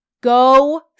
Go